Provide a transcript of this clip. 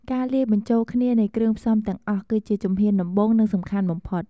ការលាយបញ្ចូលគ្នានៃគ្រឿងផ្សំទាំងអស់ គឺជាជំហានដំបូង និងសំខាន់បំផុត។